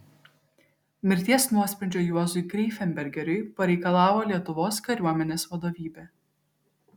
mirties nuosprendžio juozui greifenbergeriui pareikalavo lietuvos kariuomenės vadovybė